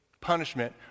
punishment